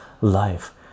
life